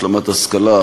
השלמת השכלה,